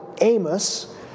Amos